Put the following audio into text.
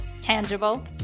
tangible